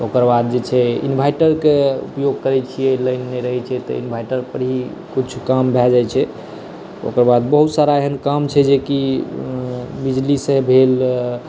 ओकर बाद जे छै इन्वर्टर के उपयोग करै छियै लाइन नही रहै छै तऽ इन्वर्टर पर ही किछु काम भऽ जाइ छै ओकर बाद बहुत सारा एहन काम छै जेकी बिजलीसँ भेल